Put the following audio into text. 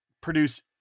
produce